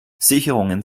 sicherungen